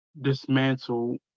dismantle